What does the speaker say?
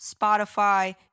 Spotify